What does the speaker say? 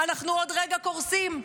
אנחנו עוד רגע קורסים.